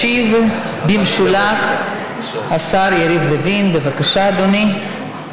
ישיב במשולב השר יריב לוין, בבקשה, אדוני.